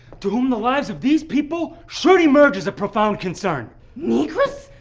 to whom the lives of these people should emerge as a profound concern. negroes,